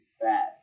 bad